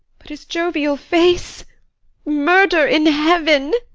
but his jovial face murder in heaven!